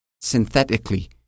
synthetically